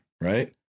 right